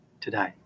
today